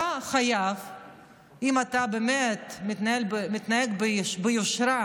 אם אתה באמת מתנהג ביושרה